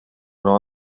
non